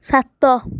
ସାତ